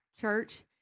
Church